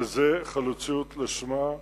וזאת חלוציות לשמה.